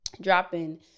dropping